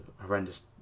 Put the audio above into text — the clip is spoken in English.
horrendous